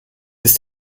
ist